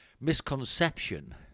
misconception